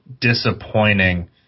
disappointing